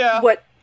what-